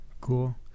cool